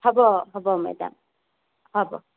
হ'ব হ'ব মেডাম হ'ব